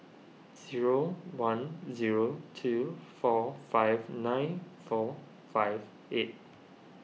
zero one zero two four five nine four five eight